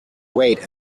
wait